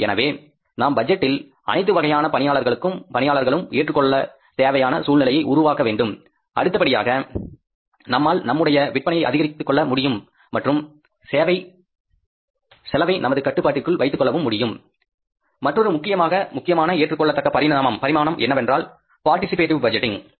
எனவே நாம் பட்ஜெட்டில் அனைத்து வகையான பணியாளர்களும் ஏற்றுக்கொள்ள தேவையான சூழ்நிலையை உருவாக்க வேண்டும் அடுத்தபடியாக நம்மால் நம்முடைய விற்பனையை அதிகரித்துக் கொள்ள முடியும் மற்றும் செலவை நமது கட்டுப்பாட்டுக்குள் வைத்துக்கொள்ளவும் முடியும் மற்றொரு முக்கியமான ஏற்றுக்கொள்ளத்தக்க பரிமாணம் என்னவென்றால் பார்ட்டிசிபேடிவ் பட்ஜெட்டிங்